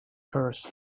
curse